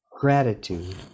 gratitude